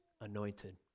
anointed